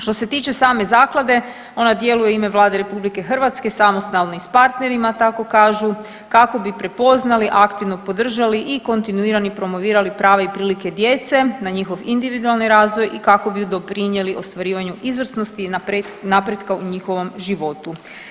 Što se tiče same Zaklade, ona djeluje u ime Vlade RH, samostalno i s partnerima, tako kažu, kako bi prepoznali, aktivno podržali i kontinuirani promovirali prava i prilike djece na njihov individualni razvoj i kako bi doprinijeli ostvarivanju izvrsnosti i napretka u njihovom životu.